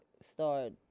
start